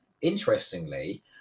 interestingly